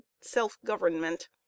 self-government